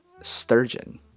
Sturgeon